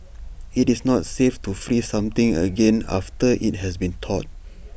IT is not safe to freeze something again after IT has been thawed